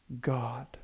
God